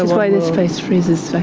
why this place freezes,